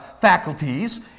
faculties